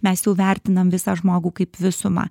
mes jau vertinam visą žmogų kaip visumą